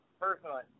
Personally